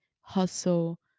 hustle